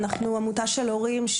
אנחנו עמותה של הורים,